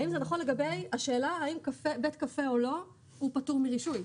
האם זה נכון לגבי השאלה האם בית קפה או לא הוא פטור מרישוי?